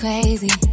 Crazy